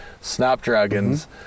snapdragons